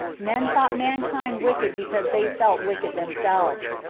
men thought mankind wicked because they felt wicked themselves.